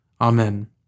Amen